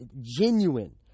genuine